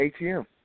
ATM